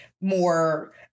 more